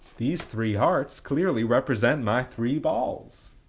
these three hearts clearly represent my three balls.